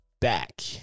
back